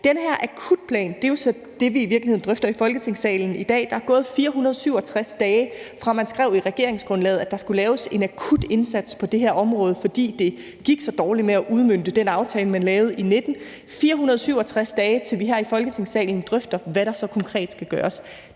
Den her akutplan er jo så det, vi i virkeligheden drøfter i Folketingssalen i dag. Der er gået 467 dage, fra man skrev i regeringsgrundlaget, at der skulle laves en akut indsats på det her område, fordi det gik så dårligt med at udmønte den aftale, man lavede i 2019 – 467 dage, til vi her i Folketingssalen drøfter, hvad der så konkret skal gøres.